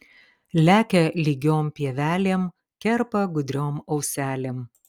lekia lygiom pievelėm kerpa gudriom auselėm